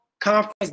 conference